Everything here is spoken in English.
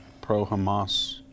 pro-Hamas